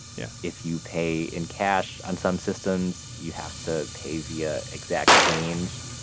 yeah if you pay in cash on some systems, you have to pay via exact change.